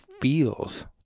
feels